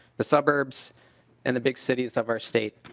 the suburbs and the big cities of our state.